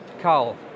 Carl